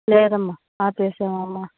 లేదమ్మా ఆపేసామమ్మ